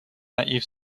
naiv